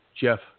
jeff